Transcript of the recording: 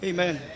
Amen